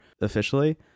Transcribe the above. officially